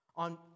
on